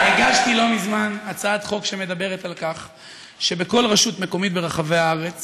הגשתי לא מזמן הצעת חוק שאומרת שבכל רשות מקומית ברחבי הארץ